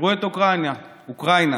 תראו את אוקראינה, אוקראינה